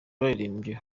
baririmbye